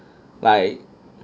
like